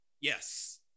Yes